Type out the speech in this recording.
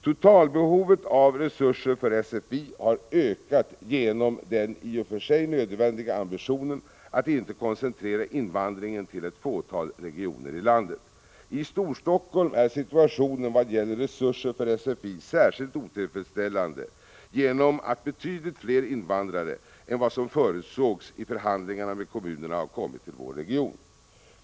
Totalbehovet av resurser för SFI har ökat genom den i och för sig nödvändiga ambitionen att inte koncentrera invandringen till ett fåtal regioner i landet. I Storstockholm är situationen vad gäller resurser för SFI särskilt otillfredsställande, genom att betydligt fler invandrare än vad som förutsågs i förhandlingarna med kommunerna har kommit till vår region.